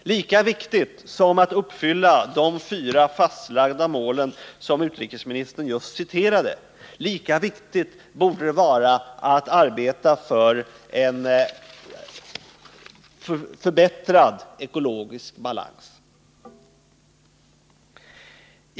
Lika viktigt som att uppfylla de fyra fastlagda mål som utrikesministern just återgav, lika viktigt borde det vara att arbeta för en förbättrad ekologisk balans.